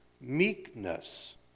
meekness